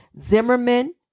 Zimmerman